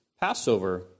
Passover